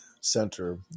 center